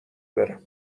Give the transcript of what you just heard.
برم